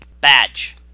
Badge